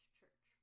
Church